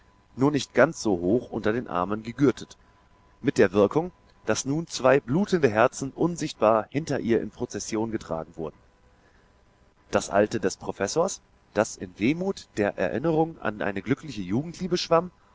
nur nicht ganz so hoch unter den armen gegürtet mit der wirkung daß nun zwei blutende herzen unsichtbar hinter ihr in prozession getragen wurden das alte des professors das in wehmut der erinnerung an eine glückliche jugendliebe schwamm